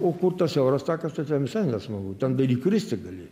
o kur tas siauras takas tai ten visai nesmagu ten dar įkristi gali